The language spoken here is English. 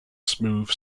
smooth